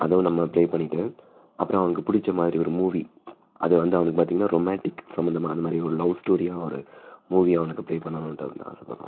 அதுவும் நம்ம ப்ளே பண்ணிவிட்டு அப்புறம் அவனுக்கு பிடிச்ச மாதிரி ஒரு மூவி அது வந்து அவனுக்கு பார்த்தீங்கனா ரொமாண்டிக் சம்மந்தமாக அது மாதிரி ஒரு லவ் ஸ்டோரியாக ஒரு மூவி அவனுக்கு ப்ளே பண்ணணுன்ட்டு அவனுக்கு ஆசைப்பட்றோம்